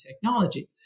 technology